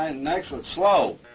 and next one, slow.